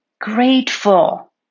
Grateful